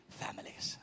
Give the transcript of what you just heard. families